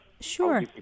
Sure